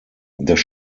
das